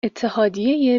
اتحادیه